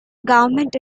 government